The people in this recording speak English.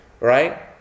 right